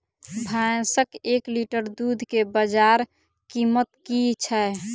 भैंसक एक लीटर दुध केँ बजार कीमत की छै?